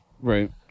Right